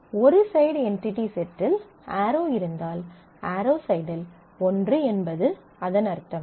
ஒரு side entity செட்டில் arrow இருந்தால் ஆரோ சைடில் ஒன்று என்பது அதன் அர்த்தம்